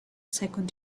second